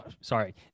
sorry